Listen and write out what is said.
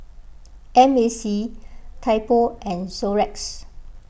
M A C Typo and Xorex